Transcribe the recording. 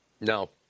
No